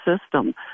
system